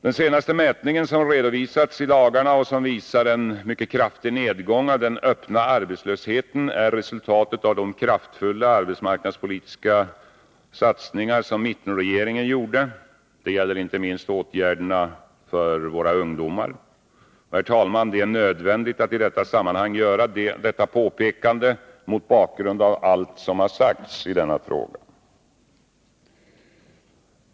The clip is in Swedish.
Den senaste mätningen som redovisats i dagarna och som visar en mycket kraftig nedgång av den öppna arbetslösheten är resultatet av de kraftfulla arbetsmarknadspolitiska satsningar som mittenregeringen gjorde. Det gäller inte minst åtgärderna för våra ungdomar. Det är nödvändigt, herr talman, att idetta sammanhang göra detta påpekande mot bakgrund av allt som har sagts i denna fråga.